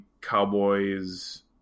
Cowboys